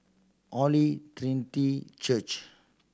Holy Trinity Church